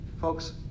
Folks